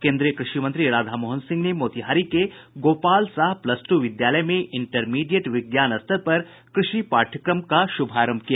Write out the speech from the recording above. केन्द्रीय कृषि मंत्री राधा मोहन सिंह ने मोतिहारी के गोपाल साह प्लस दू विद्यालय में इंटरमीडिएट विज्ञान स्तर पर कृषि पाठ्यक्रम का शुभारंभ किया